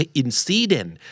incident